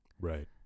Right